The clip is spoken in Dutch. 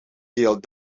deelt